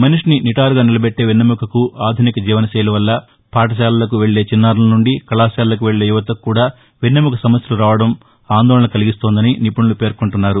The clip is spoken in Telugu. మనిషిని నిటారుగా నిలబెట్లే వెన్నెముకకు ఆధునిక జీవన శైలివల్ల పాఠశాలలకు వెళ్ళే చిన్నారుల నుండి కళాశాలలకు వెళ్ళేయుపతకు కూడా వెన్నెముక సమస్యలు రావటం ఆందోళన కల్గిస్తోందని నిపుణులు పేర్కొంటున్నారు